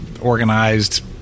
organized